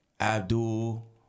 Abdul